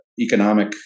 economic